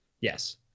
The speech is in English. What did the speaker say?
Yes